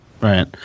Right